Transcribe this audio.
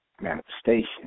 Manifestation